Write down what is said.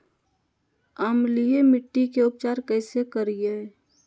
अम्लीय मिट्टी के उपचार कैसे करियाय?